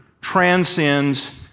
transcends